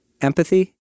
empathy